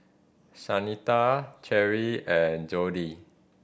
Shanita Cherri and Jodie